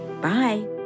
Bye